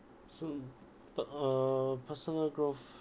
soon but uh personal growth